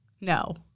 No